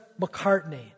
McCartney